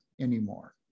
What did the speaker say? anymore